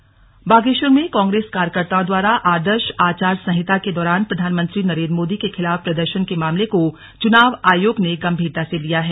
कांग्रेस कार्यकर्ता बागेश्वर में कांग्रेस कार्यकर्ताओं द्वारा आदर्श आचार संहिता के दौरान प्रधानमंत्री नरेंद्र मोदी के खिलाफ प्रदर्शन के मामले को चुनाव आयोग ने गंभीरता से लिया है